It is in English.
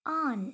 on